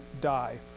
die